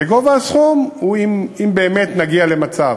וגובה הסכום, אם באמת נגיע למצב